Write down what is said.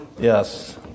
Yes